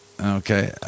Okay